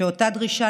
שאותה דרישה,